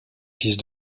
fils